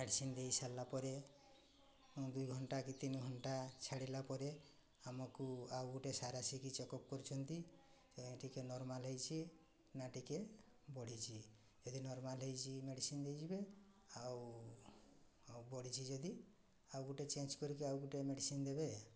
medicine ଦେଇସାରିଲା ପରେ ଦୁଇ ଘଣ୍ଟା କି ତିନି ଘଣ୍ଟା ଛାଡ଼ିଲା ପରେ ଆମକୁ ଆଉ ଗୋଟେ ସାର୍ ଆସିକି ଚେକ୍ଅପ୍ କରୁଛନ୍ତି ଟିକେ ନର୍ମାଲ୍ ହେଇଛି ନା ଟିକେ ବଢ଼ିଛି ଯଦି ନର୍ମାଲ୍ ହେଇଛି ମେଡ଼ିସିନ୍ ଦେଇଯିବେ ଆଉ ବଢ଼ିଛି ଯଦି ଆଉ ଗୋଟେ ଚେଞ୍ଜ କରିକି ଆଉ ଗୋଟେ ମେଡ଼ିସିନ୍ ଦେବେ